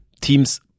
teams